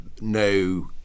no